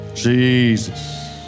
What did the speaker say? Jesus